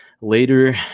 Later